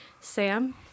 Sam